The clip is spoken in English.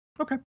Okay